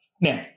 Now